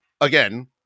again